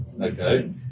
okay